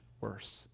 worse